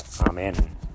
Amen